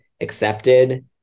accepted